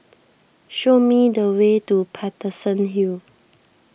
show me the way to Paterson Hill